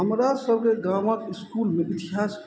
हमरा सबके गामक इसकुलमे इतिहास